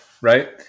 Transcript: right